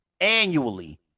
annually